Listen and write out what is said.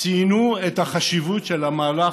ציינו את החשיבות של המהלך,